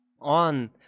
on